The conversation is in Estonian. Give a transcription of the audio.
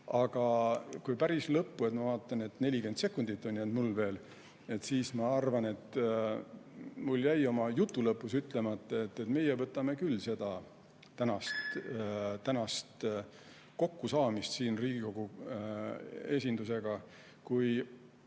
Aga kui päris lõppu midagi öelda – ma vaatan, et 40 sekundit on mul veel jäänud –, siis ma arvan, et mul jäi oma jutu lõpus ütlemata, et meie võtame küll seda tänast kokkusaamist Riigikogu esindusega kui